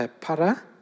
para